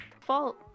fault